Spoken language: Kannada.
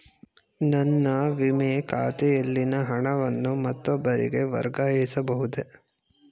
ನನ್ನ ವಿಮೆ ಖಾತೆಯಲ್ಲಿನ ಹಣವನ್ನು ಮತ್ತೊಬ್ಬರಿಗೆ ವರ್ಗಾಯಿಸ ಬಹುದೇ?